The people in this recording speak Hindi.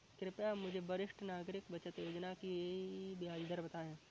कृपया मुझे वरिष्ठ नागरिक बचत योजना की ब्याज दर बताएं